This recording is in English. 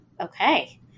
okay